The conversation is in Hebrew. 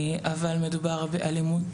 אבל מדובר באלימות